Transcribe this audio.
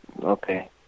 Okay